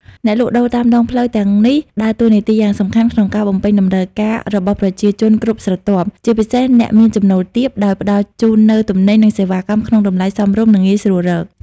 អ្នកលក់ដូរតាមដងផ្លូវទាំងនេះដើរតួនាទីយ៉ាងសំខាន់ក្នុងការបំពេញតម្រូវការរបស់ប្រជាជនគ្រប់ស្រទាប់ ជាពិសេសអ្នកមានចំណូលទាប ដោយផ្តល់ជូននូវទំនិញ និងសេវាកម្មក្នុងតម្លៃសមរម្យ និងងាយស្រួលរក ។